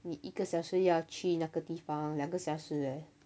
你一个小时要去那个地方两个小时 leh